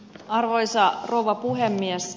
arvoisa rouva puhemies